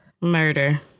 Murder